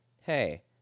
hey